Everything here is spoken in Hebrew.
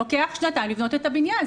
לוקח שנתיים לבנות את הבניין.